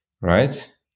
right